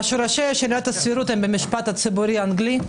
השורשים של עילת הסבירות הם במשפט הציבורי האנגלי.